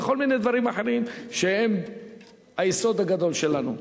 וכל מיני דברים אחרים שהם היסוד הגדול שלנו.